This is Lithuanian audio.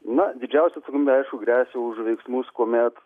na didžiausia atsakomybė aišku gresia už veiksmus kuomet